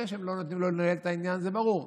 זה שלא נותנים לו לנהל את העניינים זה ברור,